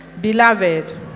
Beloved